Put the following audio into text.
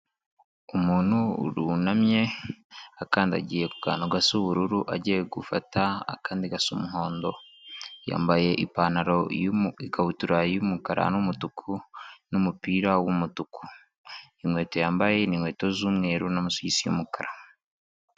Umuntu wunamye, akandagiye ku kantu gasa ubururu, agiye gufata akandi gasa umuhondo, yambaye ipantaro ikabutura y'umukara n'umutuku n'umupira w'umutuku. Inkweto yambaye ni inkweto z'umweru n'amasogisi y'umukara.